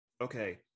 okay